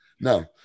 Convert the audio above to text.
no